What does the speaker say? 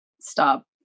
stop